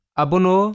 abono